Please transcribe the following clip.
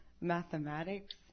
mathematics